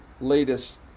latest